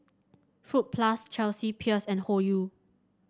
Fruit Plus Chelsea Peers and Hoyu